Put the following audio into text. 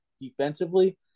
defensively